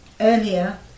earlier